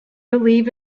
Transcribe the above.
believe